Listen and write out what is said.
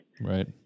Right